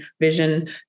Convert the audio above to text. vision